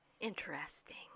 Interesting